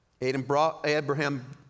Abraham